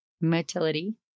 motility